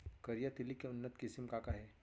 करिया तिलि के उन्नत किसिम का का हे?